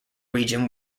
region